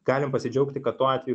galim pasidžiaugti kad tuo atveju